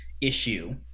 issue